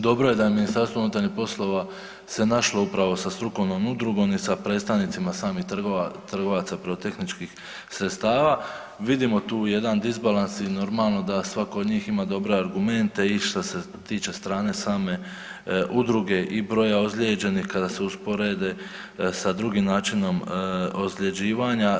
Dobro je da je MUP se našlo upravo sa strukovnom udrugom i sa predstavnicima samih trgovaca pirotehničkih sredstva, vidimo tu jedan disbalans i normalno da svako od njih ima dobre argumente i šta se tiče strane same udruge i broja ozlijeđenih kada se usporede sa drugim načinom ozljeđivanja.